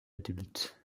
adulte